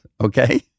okay